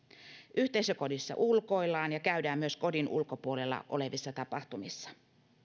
yhteisökodissa ulkoillaan ja käydään myös kodin ulkopuolella olevissa tapahtumissa